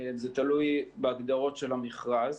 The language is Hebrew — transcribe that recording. זה תלוי בהגדרות של המכרז.